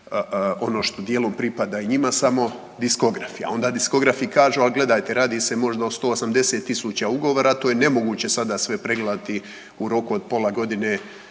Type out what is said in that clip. ono što dijelom pripada i njima samo diskografi, a onda diskografi kažu a gledajte, radi se možda o 180 000 ugovora. To je nemoguće sada sve pregledati u roku od pola godine